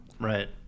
Right